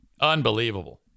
Unbelievable